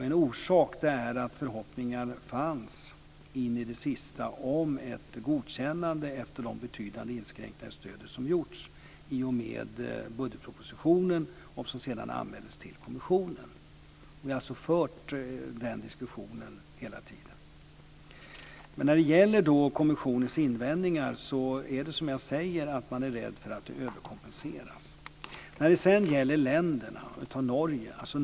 En orsak till det är att det in i det sista fanns förhoppningar om ett godkännande efter de betydande inskränkningar i stödet som gjorts i och med budgetpropositionen och som sedan anmäldes till kommissionen. Vi har alltså fört den diskussionen hela tiden. Kommissionens invändningar gäller att man är rädd för att det överkompenseras.